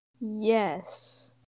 Yes